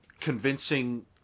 convincing